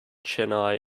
chennai